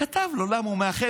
כתב לו, כי הוא מהחבר'ה,